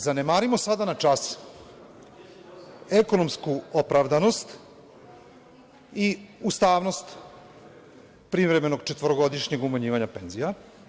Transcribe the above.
Zanemarimo sada na čas ekonomsku opravdanost i ustavnost privremenog četvorogodišnjeg umanjivanja penzija.